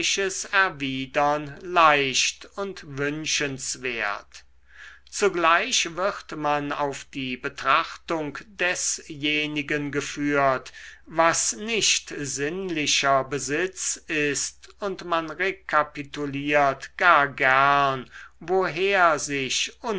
leicht und wünschenswert zugleich wird man auf die betrachtung desjenigen geführt was nicht sinnlicher besitz ist und man rekapituliert gar gern woher sich